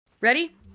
Ready